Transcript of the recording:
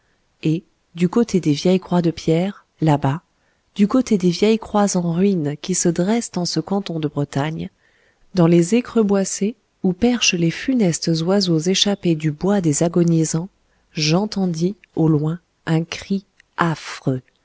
et du côté des vieilles croix de pierre là-bas du côté des vieilles croix en ruines qui se dressent en ce canton de bretagne dans les écreboissées où perchent les funestes oiseaux échappés du bois des agonisants j'entendis au loin un cri affreux